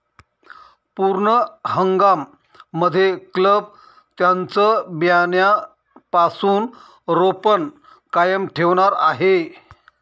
पूर्ण हंगाम मध्ये क्लब त्यांचं बियाण्यापासून रोपण कायम ठेवणार आहे